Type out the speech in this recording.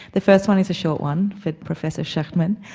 the first one is a short one for professor shechtman.